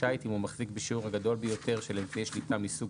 שיט אם הוא מחזיק בשיעור הגדול ביותר של אמצעי שליטה מסוג